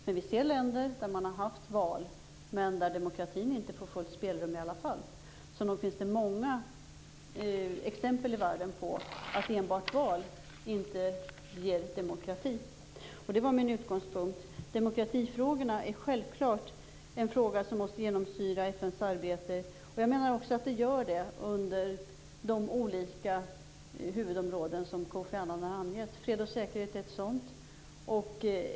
Men vi ser länder där det har varit val och där demokratin ändå inte har fått fullt spelrum. Så nog finns det många exempel i världen att enbart val inte ger demokrati. Det var min utgångspunkt. Demokratifrågorna är självklart något som måste genomsyra FN:s arbete. Jag menar att så sker under de huvudområden Kofi Annan har angett. Fred och säkerhet är ett sådant.